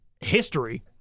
history